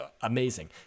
amazing